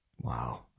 Wow